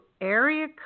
area